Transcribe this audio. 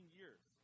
years